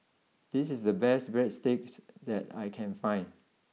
this is the best Breadsticks that I can find